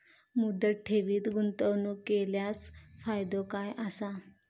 मुदत ठेवीत गुंतवणूक केल्यास फायदो काय आसा?